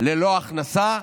ללא הכנסה,